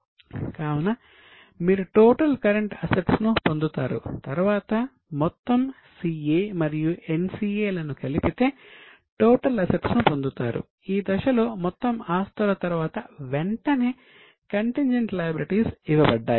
కావున మీరు total current assets ఇవ్వబడ్డాయి